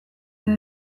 edo